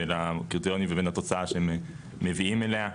הקריטריונים ובין התוצאה שהם מביאים אליה.